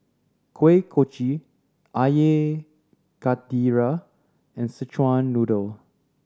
Kuih Kochi Air Karthira and Szechuan Noodle